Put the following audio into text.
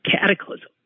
cataclysm